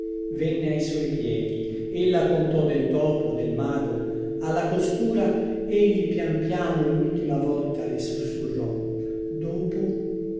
venne ai suoi piedi ella contò del topo del mago alla costura egli pian piano lultima volta le sussurrò dopo